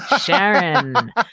Sharon